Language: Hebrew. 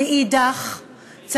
מאידך גיסא,